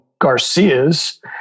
Garcia's